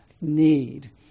need